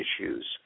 issues